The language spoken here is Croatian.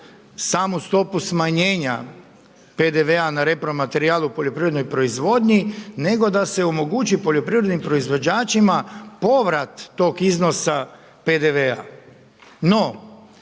samu stopu smanjenja PDV-a na repromaterijal u poljoprivrednoj proizvodnji, nego da se omogući poljoprivrednim proizvođačima povrat tog iznosa PDV-a.